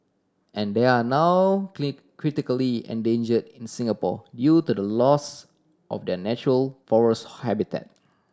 and they are now critically endangered in Singapore due to the loss of their natural forest habitat